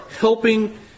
helping